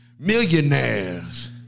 millionaires